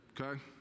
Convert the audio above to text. okay